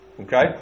Okay